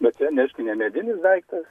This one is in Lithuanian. bet čia ne aišku ne medinis daiktas